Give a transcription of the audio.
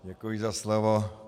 Děkuji za slovo.